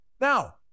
Now